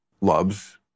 loves